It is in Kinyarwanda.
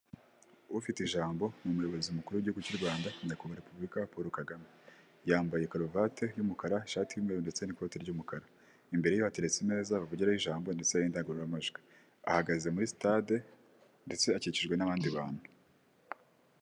ufite ijambo ni umuyobozi mukuru w'igihugu cy'u rwanda nyakuba hwa presida wa repubulika paul kagame yambaye karuvati y'umukara ishati'imbeho ndetse n'ikoti ry'umukara imbere ye hateretse i meza bavugiraho ijambo ndetse n'indangururamajwi ahagaze muri stade ndetse akikijwe n'abandi bantu